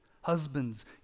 Husbands